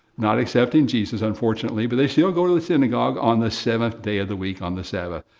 not accepting jesus, unfortunately, but they still go to the synagogue on the seventh day of the week on the sabbath.